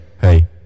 Hey